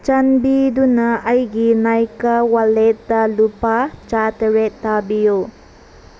ꯆꯥꯟꯕꯤꯗꯨꯅ ꯑꯩꯒꯤ ꯅꯤꯀꯥ ꯋꯥꯜꯂꯦꯠꯇ ꯂꯨꯄꯥ ꯆꯥꯇ꯭ꯔꯦꯠ ꯊꯥꯕꯤꯌꯨ